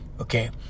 Okay